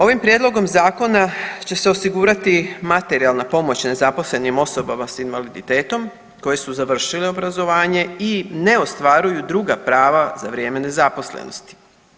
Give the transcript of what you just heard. Ovim prijedlogom zakona će se osigurati materijalna pomoć nezaposlenim osobama sa invaliditetom koje su završile obrazovanje i ne ostvaruju druga prava za vrijeme nezaposlenosti.